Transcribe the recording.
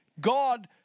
God